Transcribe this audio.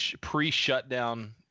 pre-shutdown